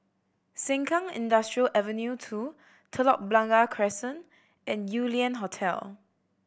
Sengkang Industrial Avenue Two Telok Blangah Crescent and Yew Lian Hotel